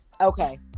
Okay